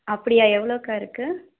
அப்படியா எவ்வளோ அக்கா இருக்கு